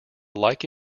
like